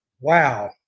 Wow